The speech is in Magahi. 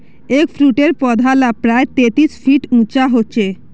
एगफ्रूटेर पौधा ला प्रायः तेतीस फीट उंचा होचे